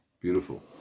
Beautiful